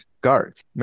guards